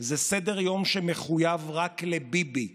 תחליטו שאתם רוצים להקים ועדת בדיקה רצינית,